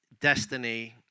destiny